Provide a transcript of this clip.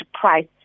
price